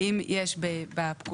האם יש בפקודה